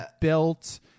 built